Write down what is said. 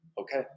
okay